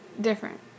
different